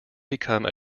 become